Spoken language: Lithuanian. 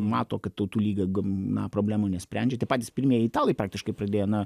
mato kad tautų lyga gana problemų nesprendžia tie patys pirmieji italai praktiškai pradėjo na